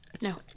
No